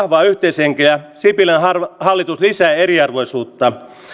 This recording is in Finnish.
tarvitaan vahvaa yhteishenkeä sipilän hallitus hallitus lisää eriarvoisuutta